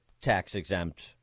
tax-exempt